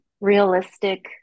realistic